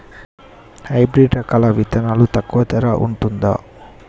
Hybrid రకాల విత్తనాలు తక్కువ ధర ఉంటుందా?